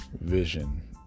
vision